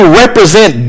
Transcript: represent